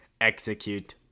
Execute